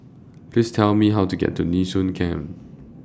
Please Tell Me How to get to Nee Soon Camp